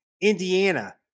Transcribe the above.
Indiana